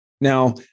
Now